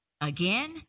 again